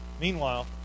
Meanwhile